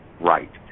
right